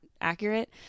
accurate